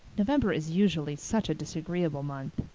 november is usually such a disagreeable month.